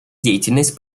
деятельность